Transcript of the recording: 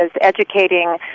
educating